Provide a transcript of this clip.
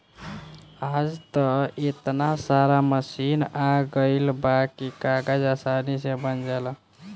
आज त एतना सारा मशीन आ गइल बा की कागज आसानी से बन जाला